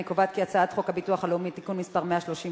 אני קובעת כי חוק הביטוח הלאומי (תיקון מס' 134),